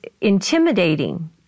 intimidating